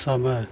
समय